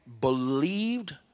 believed